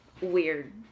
weird